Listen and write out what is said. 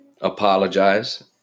apologize